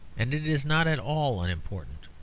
and it is not at all unimportant,